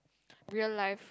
real life